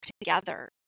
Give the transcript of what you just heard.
together